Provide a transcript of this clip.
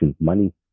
money